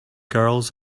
girls